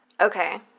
Okay